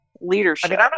leadership